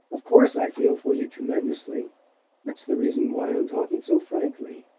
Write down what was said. of course i feel for you tremendously that's the reason why i'm talking so frankly.